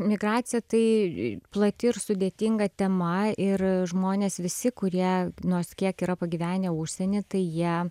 migracija tai plati ir sudėtinga tema ir žmonės visi kurie nors kiek yra pagyvenę užsieny tai jie